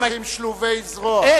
הם הולכים שלובי זרוע.